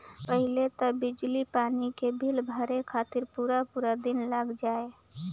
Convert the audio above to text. पहिले तअ बिजली पानी के बिल भरे खातिर पूरा पूरा दिन लाग जाए